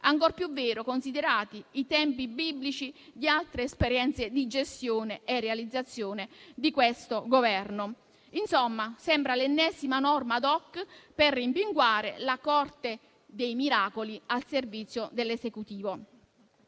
ancor più vero considerati i tempi biblici di altre esperienze di gestione e realizzazione di questo Governo. Insomma, sembra l'ennesima norma *ad hoc* per rimpinguare la corte dei miracoli al servizio dell'Esecutivo.